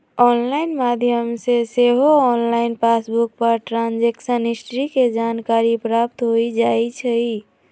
online माध्यम से सेहो ऑनलाइन पासबुक पर ट्रांजैक्शन हिस्ट्री के जानकारी प्राप्त हो जाइ छइ